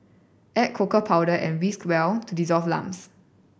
add cocoa powder and whisk well to dissolve lumps